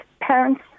parents